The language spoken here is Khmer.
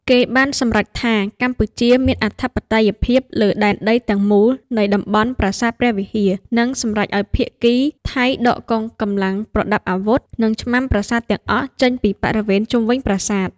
គេបានសម្រេចថា កម្ពុជាមានអធិបតេយ្យភាពលើដែនដីទាំងមូលនៃតំបន់ប្រាសាទព្រះវិហារ និងសម្រេចឱ្យភាគីថៃ ដកកងកម្លាំងប្រដាប់អាវុធ និងឆ្មាំប្រាសាទទាំងអស់ចេញពីបរិវេណជុំវិញប្រាសាទ។